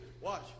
watch